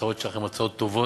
ההצעות שלך הן הצעות טובות.